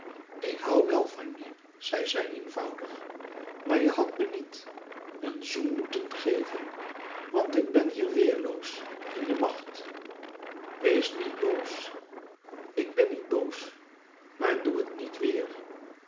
ik hou wel van je zei zij eenvoudig maar je hadt me niet een zoen moeten geven want ik ben hier weerloos in je macht wees niet boos ik ben niet boos maar doe het niet weer